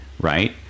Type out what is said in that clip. Right